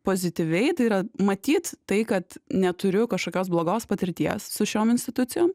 pozityviai tai yra matyt tai kad neturiu kažkokios blogos patirties su šiom institucijom